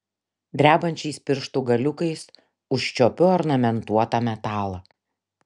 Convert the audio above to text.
drebančiais pirštų galiukais užčiuopiu ornamentuotą metalą